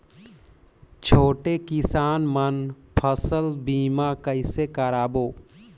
छोटे किसान मन फसल बीमा कइसे कराबो?